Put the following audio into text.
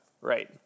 right